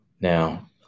Now